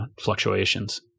fluctuations